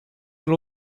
will